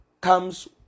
comes